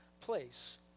place